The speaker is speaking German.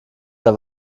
der